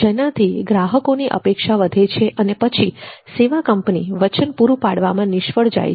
જેનાથી ગ્રાહકોની અપેક્ષા વધે છે અને પછી સેવા કંપની વચન પૂરું પાડવામાં નિષ્ફળ જાય છે